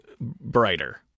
brighter